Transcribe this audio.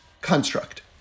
construct